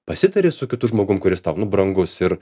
pasitari su kitu žmogumi kuris tau nu brangus ir